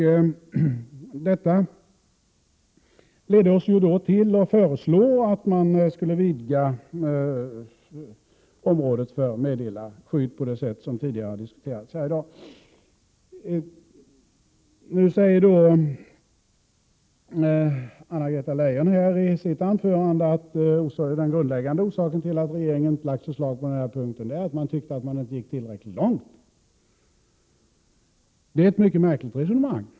Det gjorde att vi i yttrandefrihetsutredningen föreslog att området för meddelarskydd skulle vidgas på det sätt som tidigare har diskuterats här i dag. I sitt anförande sade Anna-Greta Leijon att den grundläggande orsaken till att regeringen inte framlagt något förslag på denna punkt var att yttrandefrihetsutredningen inte gick tillräckligt långt i sitt förslag. Det är ett märkligt resonemang.